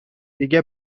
دیگه